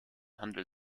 handel